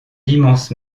l’immense